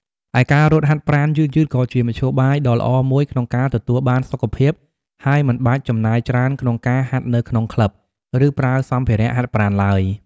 ឯការរត់ហាត់ប្រាណយឺតៗក៏ជាមធ្យោបាយដ៏ល្អមួយក្នុងការទទួលបានសុខភាព ហើយមិនបាច់ចំណាយច្រើនក្នុងការហាត់នៅក្នុងក្លិប ឬប្រើសម្ភារៈហាត់ប្រាណឡើយ។